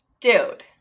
Dude